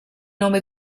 nome